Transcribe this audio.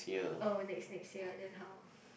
oh next next year then how